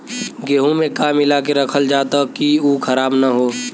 गेहूँ में का मिलाके रखल जाता कि उ खराब न हो?